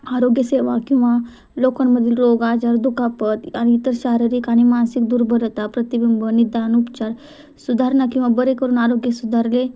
आरोग्यसेवा किंवा लोकांमधील रोग आजार दुखापत आणि इतर शारीरिक आणि मानसिक दुर्बलता प्रतिबिंब निदान उपचार सुधारणा किंवा बरे करून आरोग्य सुधारले